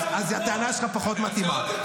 אז הטענה שלך פחות מתאימה.